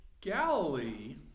Galilee